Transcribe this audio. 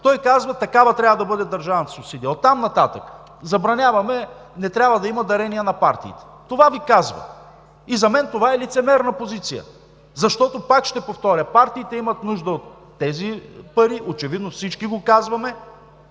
Той казва: такава трябва да бъде държавната субсидия – оттам нататък забраняваме, не трябва да има дарения на партиите. Това Ви казва. За мен това е лицемерна позиция, защото, пак ще повторя: партиите имат нужда от тези пари. Очевидно всички го казваме